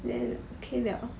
then okay liao